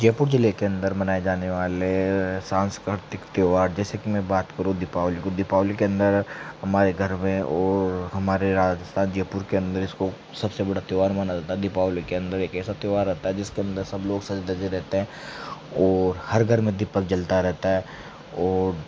जयपुर ज़िले के अंदर मनाए जाने वाले सांस्कृतिक त्योहार जैसे कि मैं बात करूँ दीपावली को दीपावली के अंदर हमारे घर में और हमारे राजस्थान जयपुर के अंदर इसको सबसे बड़ा त्योहार माना जाता है दीपावली के अंदर एक ऐसा त्यौहार आता है जिसके अंदर सब लोग सजे धजे रहते हैं और हर घर में दीपक जलता रहता है और